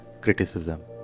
criticism